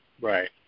Right